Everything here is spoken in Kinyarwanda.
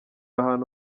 ahantu